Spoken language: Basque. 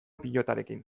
pilotarekin